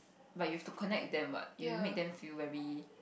but you have to connect with them what you make them feel very